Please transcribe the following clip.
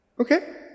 Okay